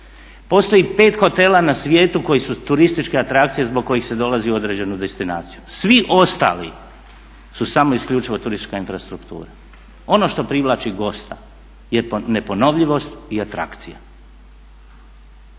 Postoji 5 hotela na svijetu koji su turistička atrakcija zbog kojih se dolazi u određenu destinaciju. Svi ostali su samo isključivo turistička infrastruktura, ono što privlači gosta je neponovljivost i atrakcija.